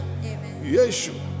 Yeshua